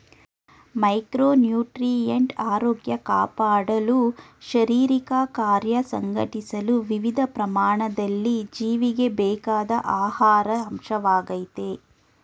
micronutrient ಆರೋಗ್ಯ ಕಾಪಾಡಲು ಶಾರೀರಿಕಕಾರ್ಯ ಸಂಘಟಿಸಲು ವಿವಿಧ ಪ್ರಮಾಣದಲ್ಲಿ ಜೀವಿಗೆ ಬೇಕಾದ ಆಹಾರ ಅಂಶವಾಗಯ್ತೆ